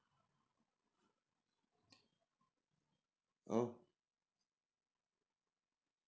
oh